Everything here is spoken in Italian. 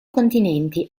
continenti